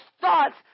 thoughts